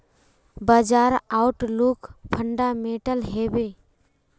बाजार outlook fundamental हैवै?